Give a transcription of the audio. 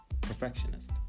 perfectionist